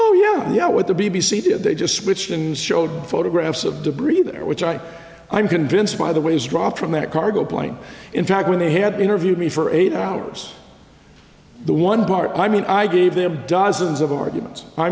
yeah yeah what the b b c did they just switched and showed photographs of debris there which i i'm convinced by the way is draw from that cargo plane in fact when they had interviewed me for eight hours the one bar i mean i gave there dozens of arguments i